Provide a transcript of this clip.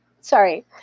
Sorry